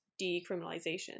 decriminalization